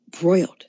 broiled